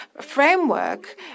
framework